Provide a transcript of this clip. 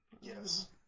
Yes